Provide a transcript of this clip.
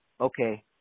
okay